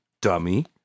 Dummy